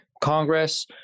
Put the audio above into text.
Congress